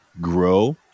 grow